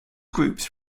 groups